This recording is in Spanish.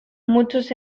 muchos